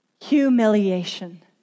Humiliation